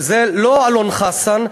שזה לא אלון חסן,